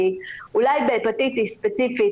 אולי בהפטיטיס ספציפית,